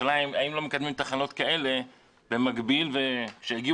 השאלה האם לא מקדמים תחנות כאלה במקביל וכשיגיעו